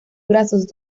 brazos